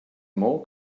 more